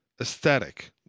aesthetic